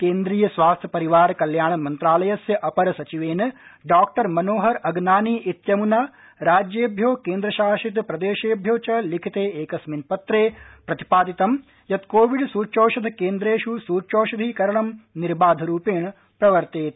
केन्द्रीय स्वास्थ्य परिवार कल्याण मन्त्रालयस्य अपर सचिवेन डाक्टर मनोहर अगनानी इत्यमुना राज्येभ्यो केन्द्रशासित प्रदेशेभ्यो च लिखिते एकस्मिन् पत्रे प्रतिपादितं यत् कोविड सूच्यौषध केन्द्रेष् सूच्यौषधीकरणं निर्वाधरूपेण प्रवर्तेत